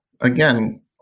again